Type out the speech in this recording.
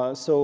ah so